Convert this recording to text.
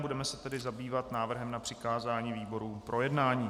Budeme se tedy zabývat návrhem na přikázání výborům k projednání.